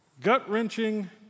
gut-wrenching